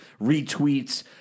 retweets